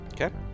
Okay